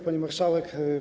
Pani Marszałek!